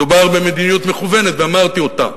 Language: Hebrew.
מדובר במדיניות מכוונת ואמרתי אותה.